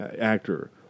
actor